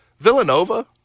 Villanova